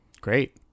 Great